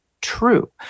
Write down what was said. true